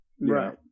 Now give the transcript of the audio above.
Right